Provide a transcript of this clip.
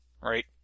right